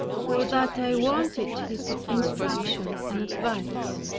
for that i wanted his instruction and advice.